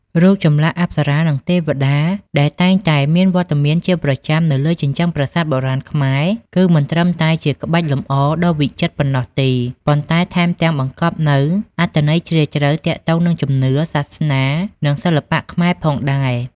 រូបចម្លាក់ អប្សរា និង ទេវតា ដែលតែងតែមានវត្តមានជាប្រចាំនៅលើជញ្ជាំងប្រាសាទបុរាណខ្មែរ គឺមិនត្រឹមតែជាក្បាច់លម្អដ៏វិចិត្រប៉ុណ្ណោះទេ ប៉ុន្តែថែមទាំងបង្កប់នូវអត្ថន័យជ្រាលជ្រៅទាក់ទងនឹងជំនឿ សាសនា និងសិល្បៈខ្មែរផងដែរ។